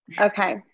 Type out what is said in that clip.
okay